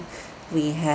we have